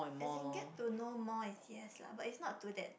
as in get to know more is yes lah but it's not to that